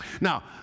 Now